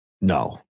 No